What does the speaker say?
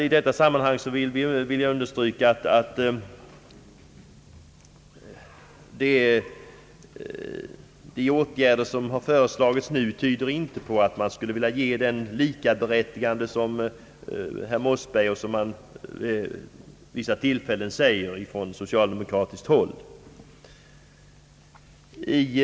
I detta sammanhang vill jag understryka att de åtgärder som nu har föreslagits inte tyder på att man skulle vilja ge det likaberättigande, som herr Mossberger talat om och som man vid vissa tillfällen från socialdemokratiskt håll säger sig önska.